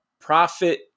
profit